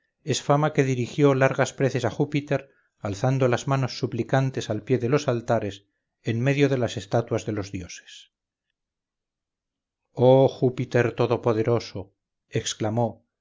es fama que dirigió largas preces a júpiter alzando las manos suplicantes al pie de los altares en medio de las estatuas de los dioses oh júpiter todopoderoso exclamó